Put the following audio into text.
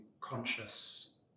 conscious